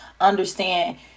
understand